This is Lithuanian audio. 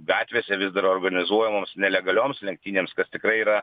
gatvėse vis dar organizuojamoms nelegalioms lenktynėms kas tikrai yra